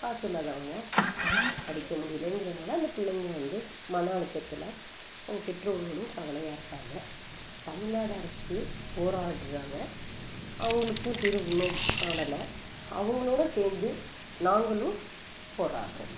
காசு இல்லாதவங்க படிக்க முடியலேங்குறதுனால அந்த பிள்ளைங்க வந்து மன அழுத்தத்தில் அவங்க பெற்றோர்களும் கவலையாக இருக்காங்க தமிழ்நாடு அரசு போராடுறாங்க அவங்களுக்கும் தீர்வு இன்னும் காணலை அவங்களோட சேர்ந்து நாங்களும் போராடுறோம்